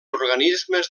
organismes